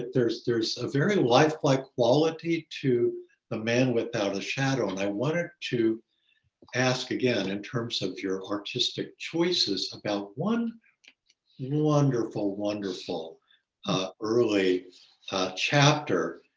there's there's a very lifelike quality to the man without a shadow and i wanted to ask again, in terms of your artistic choices about one wonderful, wonderful ah early chapter,